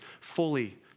fully